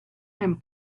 and